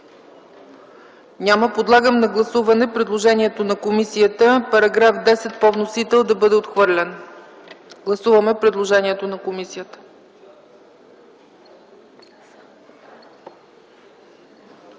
Няма. Подлагам на гласуване предложението на комисията § 10 по вносител да бъде отхвърлен. Гласуваме предложението на комисията.